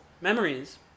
memories